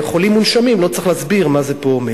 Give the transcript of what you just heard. חולים מונשמים, לא צריך להסביר מה זה אומר.